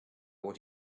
what